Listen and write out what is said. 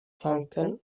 zanken